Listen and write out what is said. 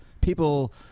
people